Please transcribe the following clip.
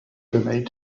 remained